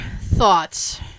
thoughts